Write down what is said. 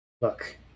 Look